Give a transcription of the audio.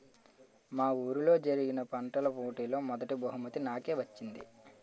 మా వూరిలో జరిగిన పంటల పోటీలలో మొదటీ బహుమతి నాకే వచ్చింది